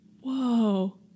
Whoa